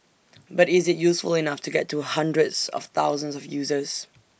but is IT useful enough to get to hundreds of thousands of users